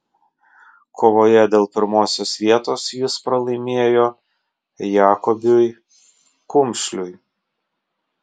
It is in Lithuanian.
kovoje dėl pirmosios vietos jis pralaimėjo jakobiui kumšliui